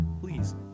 please